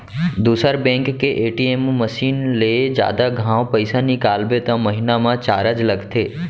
दूसर बेंक के ATM machine ले जादा घांव पइसा निकालबे त महिना म चारज लगथे